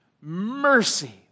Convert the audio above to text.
Mercy